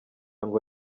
ngo